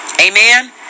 Amen